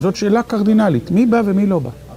זאת שאלה קרדינלית, מי בא ומי לא בא.